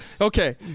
Okay